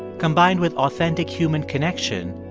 combined with authentic human connection,